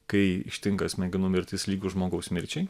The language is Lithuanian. kai ištinka smegenų mirtis lygus žmogaus mirčiai